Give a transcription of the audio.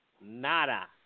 nada